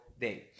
day